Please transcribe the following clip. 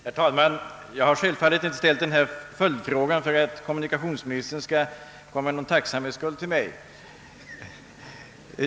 Herr talman! Jag har självfallet inte ställt denna följdfråga för att kommunikationsministern skulle komma i tacksambhetsskuld till mig.